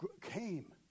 came